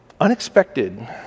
unexpected